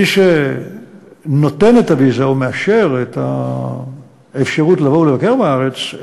מי שנותן את הוויזה או מאשר את האפשרות לבוא ולבקר בארץ,